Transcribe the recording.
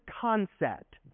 concept